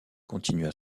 continua